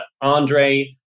Andre